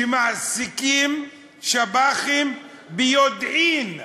שמעסיקים שב"חים ביודעין,